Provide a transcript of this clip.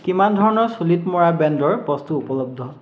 কিমান ধৰণৰ চুলিত মৰা বেণ্ডৰ বস্তু উপলব্ধ